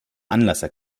anlasser